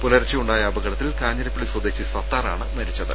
പുലർച്ചെ ഉണ്ടായ അപകടത്തിൽ കാഞ്ഞിരപ്പള്ളി സ്വദേശി സത്താർ ആണ് മരിച്ചത്